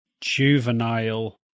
juvenile